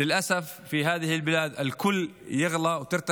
לצערי, בארץ הזאת הכול מתייקר והמחיר עולה,